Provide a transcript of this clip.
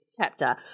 chapter